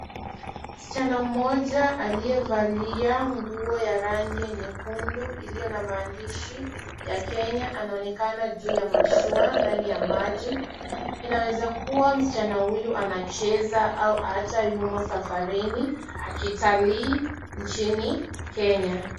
Msichana mmoja aliyevalia nguo ya rangi nyekundu iliyo na maandishi ya Kenya anaonekana juu ya mashua ndani ya maji. Inaweza kuwa msichana huyu anacheza au hata yumo safarini akitalii nchini Kenya.